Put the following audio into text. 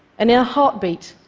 and our heartbeat,